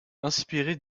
inspirée